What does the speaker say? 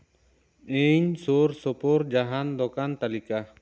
ᱤᱧ ᱥᱩᱨ ᱥᱩᱯᱩᱨ ᱡᱟᱦᱟᱱ ᱫᱚᱠᱟᱱ ᱛᱟᱹᱞᱤᱠᱟ